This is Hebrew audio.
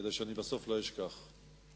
כדי שאני לא אשכח בסוף.